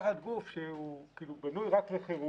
זאת לעומת גוף שבנוי רק לחירום,